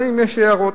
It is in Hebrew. גם אם יש הערות.